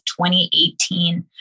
2018